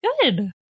good